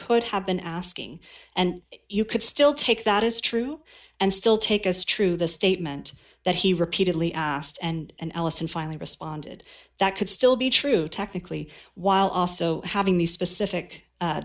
could have been asking and you could still take that is true and still take us through the statement that he repeatedly asked and allison finally responded that could still be true technically while also having these specific